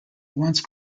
once